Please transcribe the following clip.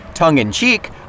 Tongue-in-cheek